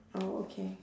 oh okay